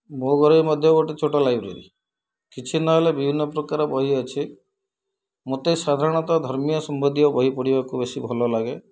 ମୋ ଘରେ ମଧ୍ୟ ଗୋଟେ ଛୋଟ ଲାଇବ୍ରେରୀ କିଛି ନହେଲେ ବିଭିନ୍ନପ୍ରକାର ବହି ଅଛି ମୋତେ ସାଧାରଣତଃ ଧର୍ମୀୟ ସମ୍ବନ୍ଧୀୟ ବହି ପଢ଼ିବାକୁ ବେଶୀ ଭଲ ଲାଗେ